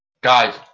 guys